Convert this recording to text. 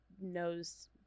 knows